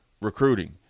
Recruiting